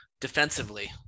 Defensively